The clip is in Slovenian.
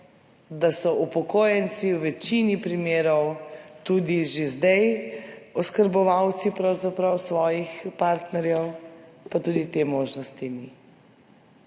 da so upokojenci v večini primerov tudi že zdaj oskrbovalci pravzaprav svojih partnerjev, pa tudi te možnosti ni,